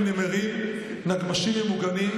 זה החנפנות שלך שמודלפת על ידך,